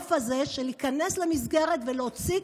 הגורף הזה של להיכנס למסגרת ולהוציא,